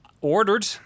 Ordered